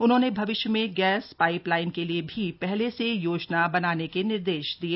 उन्होंने भविष्य में गैस पाईप लाइन के लिए भी पहले से योजना बनाने के निर्देश दिये